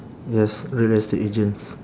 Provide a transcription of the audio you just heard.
yes real estate agents